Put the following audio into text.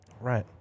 right